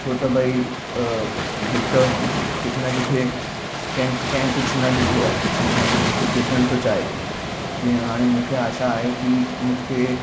छो त भई हिकु किथे न किथे कंहिं कंहिं कुझु न ॾिठो आहे ऐं न ॾिसण थो चाहे जीअं हाणे मूंखे आशा आहे की मूंखे